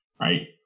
Right